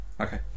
okay